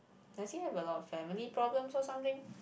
does he have a lot of family problems or something